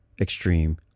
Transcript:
extreme